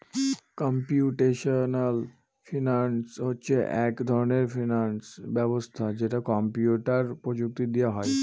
computational finance হচ্ছে এক ধরনের ফিনান্স ব্যবস্থা যেটা কম্পিউটার প্রযুক্তি দিয়ে হয়